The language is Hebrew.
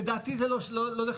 לדעתי לא.